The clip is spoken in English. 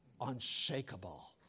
unshakable